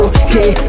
okay